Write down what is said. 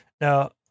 Now